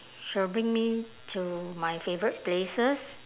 she will bring me to my favourite places